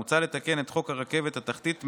מוצע לתקן את חוק הרכבת התחתית,